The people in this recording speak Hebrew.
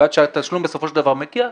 ועד שהתשלום בסופו של דבר מגיע,